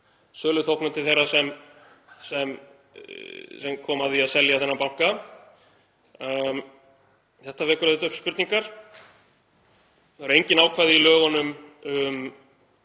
söluþóknun til þeirra sem koma að því að selja þennan banka. Þetta vekur auðvitað upp spurningar. Það eru engin ákvæði í lögunum um